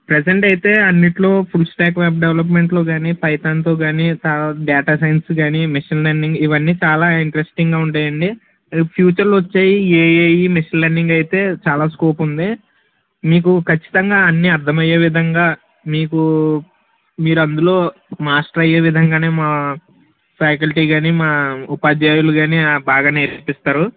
present అయితే అన్నిటిలో full stack web డెవలప్మెంట్లో కాని పైథాన్తో కాని తరువాత డేటా సైన్స్ కాని మిషన్ లెర్నింగ్ ఇవన్నీ చాలా ఇంట్రెస్టింగ్గా ఉంటాయండి రేపు ఫ్యూచర్లో వచ్చేవి ఏఐ మిషన్ లెర్నింగ్ అయితే చాలా స్కోప్ ఉంది మీకు ఖచ్చితంగా అన్ని అర్థమయ్యే విధంగా మీకు మీరందులో మాస్టర్ అయ్యే విధంగానే మా ఫ్యాకల్టీ కాని మా ఉపాధ్యాయులు కాని బాగా నేర్పిస్తారు